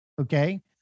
okay